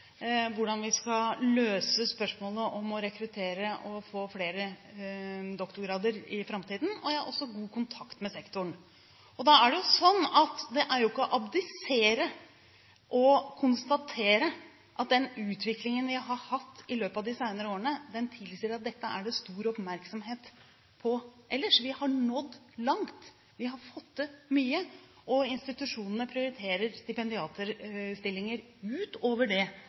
hvordan vi skal løse spørsmålene om å rekruttere og få flere doktorgrader i framtiden, og jeg har også god kontakt med sektoren. Det er jo ikke å abdisere å konstatere at den utviklingen vi har hatt i løpet av de senere årene, tilsier at dette er det stor oppmerksomhet rundt ellers. Vi har nådd langt, vi har fått til mye, og institusjonene prioriterer stipendiatstillinger utover det